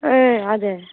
ए हजुर